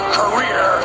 career